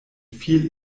viel